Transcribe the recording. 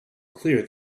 clear